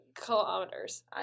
kilometers